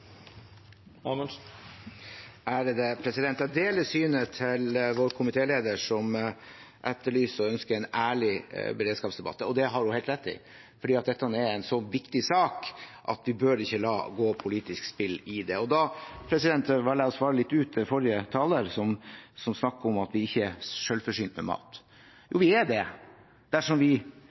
Jeg deler synet til vår komitéleder, som etterlyser og ønsker en ærlig beredskapsdebatt. Det har hun helt rett i, for dette er en så viktig sak at vi ikke bør la det gå politisk spill i det. Da vil jeg svare litt til forrige taler, som snakket om at vi ikke er selvforsynt med mat. Vi er det dersom vi